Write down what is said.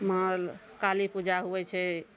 माल काली पूजा हुबय छै